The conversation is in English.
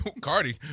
Cardi